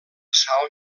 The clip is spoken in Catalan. sal